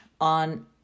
on